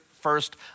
first